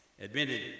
admitted